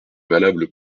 valable